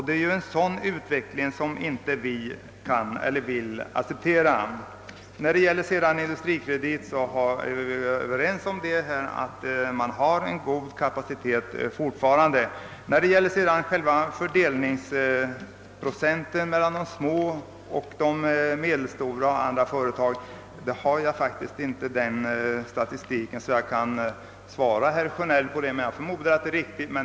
Det är en sådan utveckling som vi inte kan acceptera. När det gäller AB Industrikredit har vi varit överens om att detta bolag fortfarande har en god kapacitet. När det sedan gäller fördelningen av krediterna mellan de små, medelstora och större företagen har jag inte just nu statistiken tillgänglig, men jag antar att herr Sjönells uppgifter är riktiga.